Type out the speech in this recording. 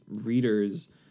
readers